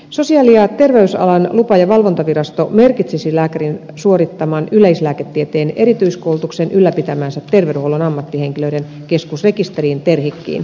sosiaali ja terveysalan lupa ja valvontavirasto merkitsisi lääkärin suorittaman yleislääketieteen erityiskoulutuksen ylläpitämäänsä terveydenhuollon ammattihenkilöiden keskusrekisteriin terhikkiin